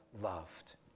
loved